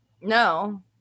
No